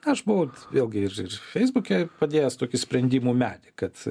aš buvau vėlgi ir ir feisbuke padėjęs tokį sprendimų medį kad